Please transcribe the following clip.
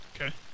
okay